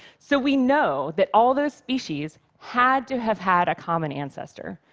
so we know that all those species had to have had a common ancestor.